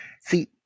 See